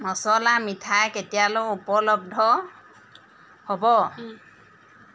মচলা মিঠাই কেতিয়ালৈ উপলব্ধ হ'ব